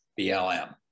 BLM